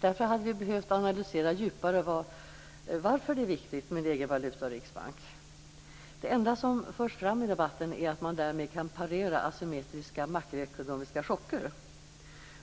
Vi hade därför behövt analysera djupare varför det är viktigt med en egen valuta och riksbank. Det enda som förs fram i debatten är att man därmed kan parera asymmetriska makroekonomiska chocker.